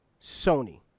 Sony